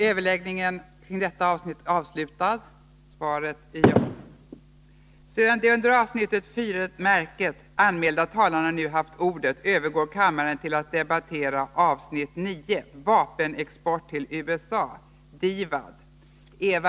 Sedan de under avsnittet Fyren Märket anmälda talarna nu haft ordet övergår kammaren till att debattera avsnitt 9: Vapenexport till USA .